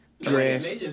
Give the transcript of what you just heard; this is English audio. dress